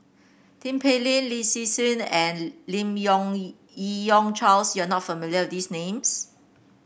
Tin Pei Ling Lin Hsin Hsin and Lim Yong Yi Yong Charles you are not familiar with these names